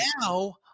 now